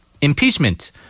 impeachment